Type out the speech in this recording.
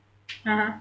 (uh huh)